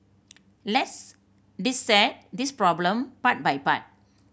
let's dissect this problem part by part